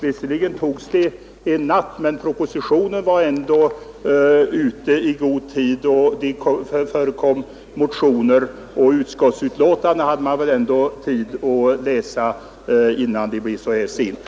Visserligen togs det en natt, men propositionen var ute i god tid och det väcktes motioner. Och utskottsbetänkandet hade man väl ändå tid att läsa innan det blev så sent på natten.